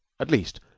at least,